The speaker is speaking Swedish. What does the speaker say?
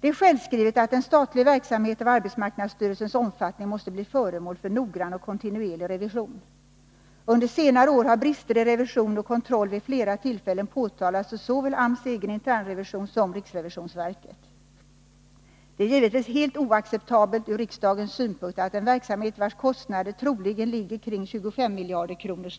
Det är självskrivet att en statlig verksamhet av arbetsmarknadsstyrelsens omfattning måste bli föremål för noggrann och kontinuerlig revision. Under senare år har brister i revision och kontroll vid flera tillfällen påtalats av såväl AMS egen internrevision som riksrevisionsverket. Det är givetvis helt oacceptabelt ur riksdagens synpunkt att en verksamhet vars kostnader troligen ligger kring 25 miljarder kronor